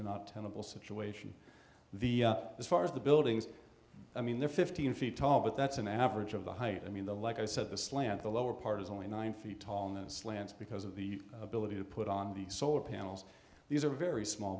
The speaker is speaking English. not tenable situation the up as far as the buildings i mean the fifteen feet tall but that's an average of the height and mean the like i said the slant the lower part is only nine feet tall and slants because of the ability to put on the solar panels these are very small